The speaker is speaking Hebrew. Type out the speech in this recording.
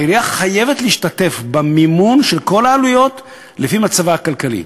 העירייה חייבת להשתתף במימון של כל העלויות לפי מצבה הכלכלי,